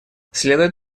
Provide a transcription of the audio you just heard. следует